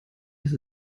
dass